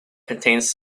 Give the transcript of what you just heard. contains